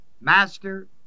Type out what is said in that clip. Master